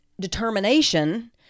determination